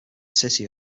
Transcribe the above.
city